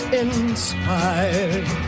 inspired